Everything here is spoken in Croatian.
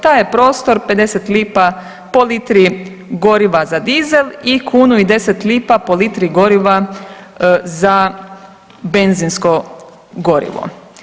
Taj je prostor 50 lipa po litri goriva za dizel i 1,10 lipa po litri goriva za benzinsko gorivo.